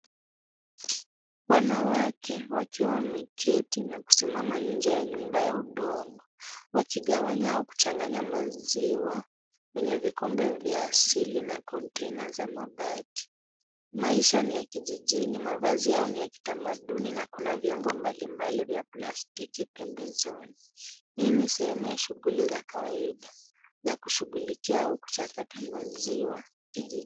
Wanawake wakiwa wameketi na kusimama nje ya nyumba ya udongo wakigawanya au kuchanganya maziwa kwenye vikombe vya asili na kontena za mabati. Maisha ni ya kijijini, mavazi yao ni ya kitamaduni na kuna vyombo mbalimbali vya plastiki pembezoni. Hii ni sehemu ya shughuli za kawaida za kushughulikia au kuchakata maziwa kijijini.